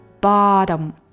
bottom